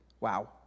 Wow